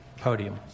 podium